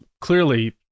clearly